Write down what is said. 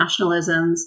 nationalisms